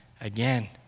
again